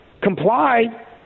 comply